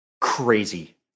crazy